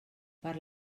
per